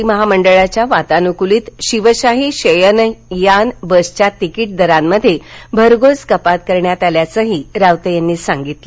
T महामडळाच्या वातानुकूलित शिवशाही शयनयान बसच्या तिकीट दरांमध्ये भरघोस कपात करण्यात आल्याचही रावते यांनी सांगितलं